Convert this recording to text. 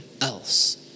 else